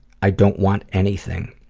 i don't want anything.